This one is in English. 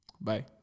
Bye